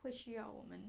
不需要我们